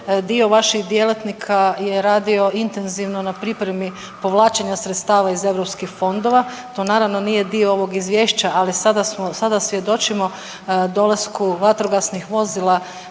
dio vaših djelatnika je radio intenzivno na pripremi povlačenja sredstava iz EU fondova. To naravno nije dio ovog izvješća, ali sada svjedočimo dolasku vatrogasnih vozila